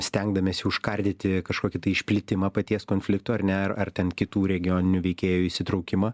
stengdamiesi užkardyti kažkokį tai išplitimą paties konflikto ar ne ar ten kitų regioninių veikėjų įsitraukimą